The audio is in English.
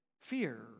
fear